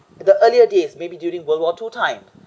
the earlier days maybe during world war two time